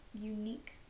unique